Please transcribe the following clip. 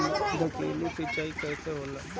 ढकेलु सिंचाई कैसे होला?